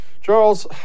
Charles